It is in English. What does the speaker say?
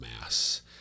mass